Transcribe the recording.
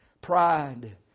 pride